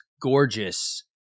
gorgeous